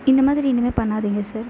இந்தமாதிரி இனிமேல் பண்ணாதீங்க சார்